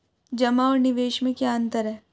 जमा और निवेश में क्या अंतर है?